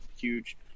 huge